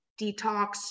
detox